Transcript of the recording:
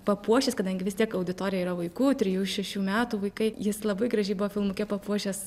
papuošęs kadangi vis tiek auditorija yra vaikų trijų šešių metų vaikai jis labai gražiai buvo filmuke papuošęs